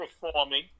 performing